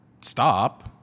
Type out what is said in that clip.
Stop